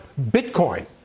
Bitcoin